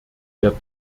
der